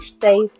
safe